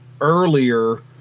earlier